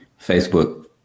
Facebook